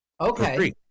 okay